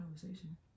conversation